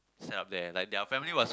set up there like their family was